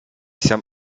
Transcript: sam